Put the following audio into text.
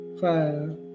five